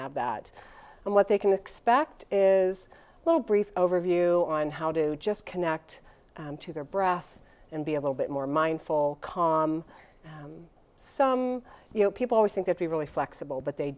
have that and what they can expect is a little brief overview on how do just connect to their breath and be a little bit more mindful com so you know people always think it's really flexible but they